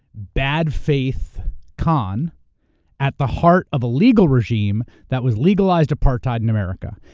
bad-faith con at the heart of a legal regime that was legalized apartheid in america.